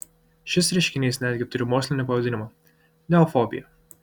šis reiškinys netgi turi mokslinį pavadinimą neofobija